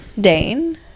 Dane